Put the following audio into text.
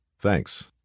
Thanks